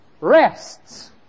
rests